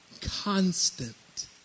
constant